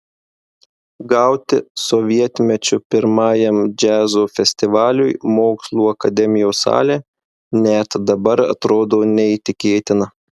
gauti sovietmečiu pirmajam džiazo festivaliui mokslų akademijos salę net dabar atrodo neįtikėtina